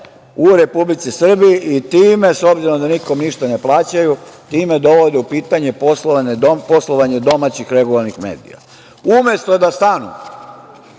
u Republici Srbiji i s obzirom da nikome ništa ne plaćaju, time dovode u pitanje poslovanje domaćih regularnih medija. Umesto da stanu